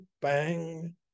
bang